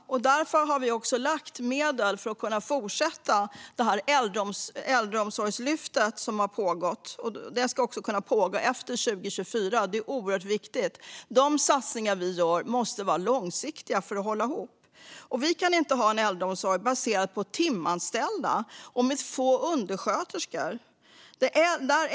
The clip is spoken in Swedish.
Därför har vi avsatt medel för att kunna fortsätta med Äldreomsorgslyftet. Det ska kunna pågå även efter 2024; det är oerhört viktigt. De satsningar vi gör måste vara långsiktiga för att hålla ihop. Vi kan inte ha en äldreomsorg baserad på timanställda, med få undersköterskor.